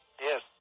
Yes